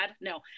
No